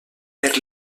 per